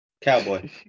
Cowboy